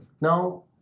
now